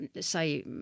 say